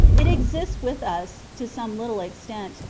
it exists with us, to some little extent,